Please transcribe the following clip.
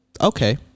Okay